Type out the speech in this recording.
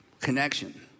connection